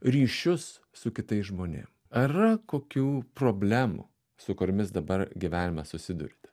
ryšius su kitais žmonėm ar yra kokių problemų su kuriomis dabar gyvenime susiduriate